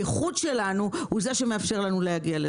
הייחוד שלנו הוא זה שמאפשר לנו להגיע לזה.